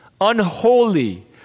unholy